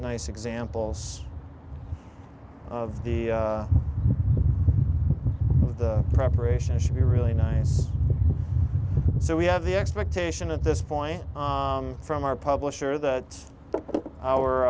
nice examples of the of the preparation should be really nice so we have the expectation at this point from our publisher that